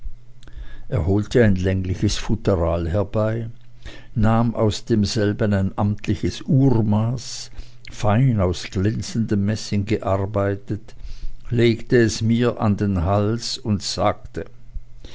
er holte ein längliches futteral herbei nahm aus demselben ein amtliches urmaß fein aus glänzendem messing gearbeitet legte es mir an den hals und sagte